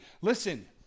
listen